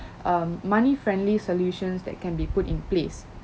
um money friendly solutions that can be put in place